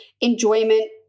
enjoyment